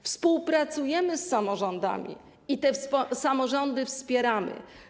Współpracujemy z samorządami i te samorządy wspieramy.